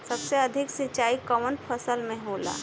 सबसे अधिक सिंचाई कवन फसल में होला?